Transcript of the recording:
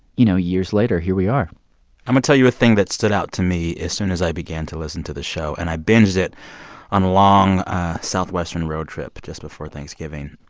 you know, years later, here we are i'm-a tell you a thing that stood out to me as soon as i began to listen to the show. and i binged it on a long southwestern road trip just before thanksgiving.